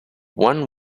one